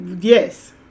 Yes